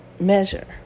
measure